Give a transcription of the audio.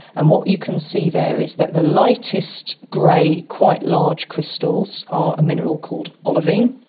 and what you can see there is that the lightest grey quite large crystals are a mineral called olivine.